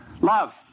love